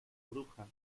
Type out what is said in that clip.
bruja